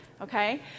Okay